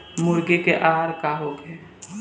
मुर्गी के आहार का होखे?